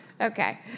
Okay